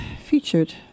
featured